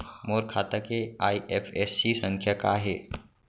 मोर खाता के आई.एफ.एस.सी संख्या का हे?